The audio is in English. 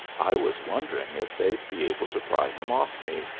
i was wondering if they'd be able to pry him off me,